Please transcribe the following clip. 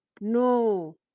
No